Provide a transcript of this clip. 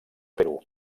perú